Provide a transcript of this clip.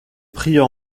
prieur